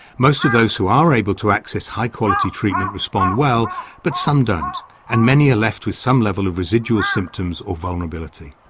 most of those who are able to access high quality treatment respond well but some don't and many are ah left with some level of residual symptoms or vulnerability.